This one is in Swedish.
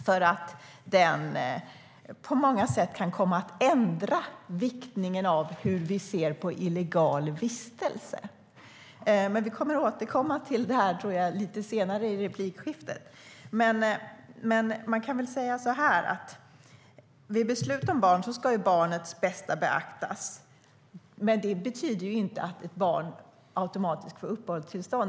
Denna kan på många sätt komma att ändra viktningen i fråga om illegal vistelse. Jag tror att vi kommer att återkomma till det här lite senare i debatten. Vid beslut om barn ska barnets bästa beaktas. Men det betyder inte att ett barn automatiskt får uppehållstillstånd.